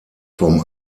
vom